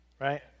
right